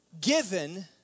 given